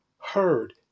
heard